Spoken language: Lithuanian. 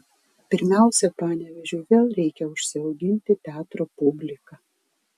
pirmiausia panevėžiui vėl reikia užsiauginti teatro publiką